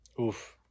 Oof